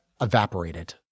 evaporated